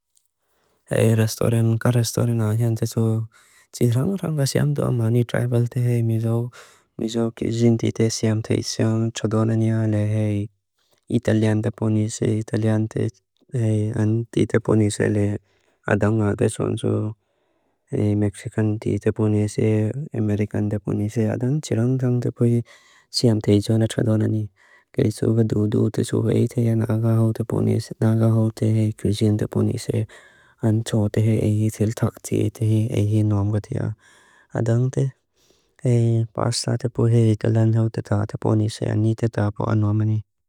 Hei rastorem, ka rastorem a jante so, tsiranguranga siam duamani tribal te hei, miso, miso kixin tite siam te iso na txodonani ale hei italian te ponise, italian tite ponise ale adanga beson so, hei mexican tite ponise, amerikan tite ponise, adang txirang tang te pui siam te iso na txodonani. Kei so va duu duu te so hei te hei naga hau te ponise, naga hau te hei kixin te ponise, an txode hei itil takti hei te hei hei nuam gatia, adang te hei basa te pui hei galan hau te ta te ponise, ani te ta poa nuamani.